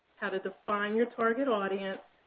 how to define your target audience,